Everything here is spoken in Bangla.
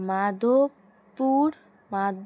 মাধবপুর মা